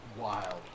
wild